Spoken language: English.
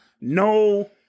No